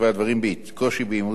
בקושי באימות מסמכים,